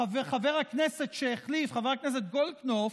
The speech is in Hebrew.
חבר הכנסת שהחליף, חבר הכנסת גולדקנופ,